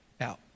out